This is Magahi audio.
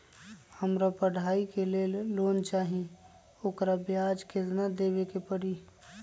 हमरा पढ़ाई के लेल लोन चाहि, ओकर ब्याज केतना दबे के परी?